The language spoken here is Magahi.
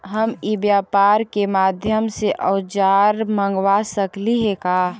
हम ई व्यापार के माध्यम से औजर मँगवा सकली हे का?